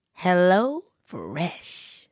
HelloFresh